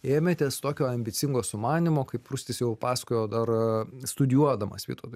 ėmėtės tokio ambicingo sumanymo kaip rustis jau pasakojo dar studijuodamas vytauto